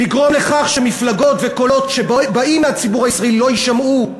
לגרום לכך שמפלגות וקולות שבאים מהציבור הישראלי לא יישמעו?